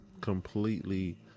completely